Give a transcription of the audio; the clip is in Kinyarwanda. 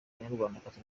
banyarwandakazi